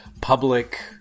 public